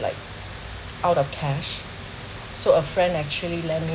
like out of cash so a friend actually lend me